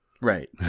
Right